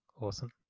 Awesome